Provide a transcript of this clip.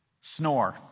snore